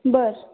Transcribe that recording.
बरं